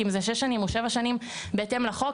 אם זה שש שנים או שבע שנים בהתאם לחוק.